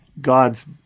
God's